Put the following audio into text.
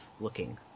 looking